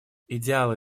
идеалы